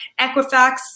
Equifax